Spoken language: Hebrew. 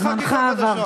זמנך עבר.